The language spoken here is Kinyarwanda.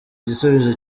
igisubizo